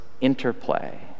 interplay